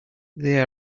they